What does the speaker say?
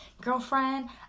girlfriend